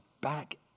back